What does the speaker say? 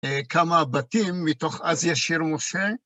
כמה בתים מתוך אז ישיר משה.